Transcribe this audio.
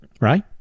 Right